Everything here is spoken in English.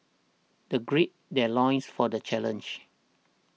the gird their loins for the challenge